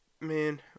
man